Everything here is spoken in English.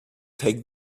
take